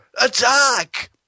attack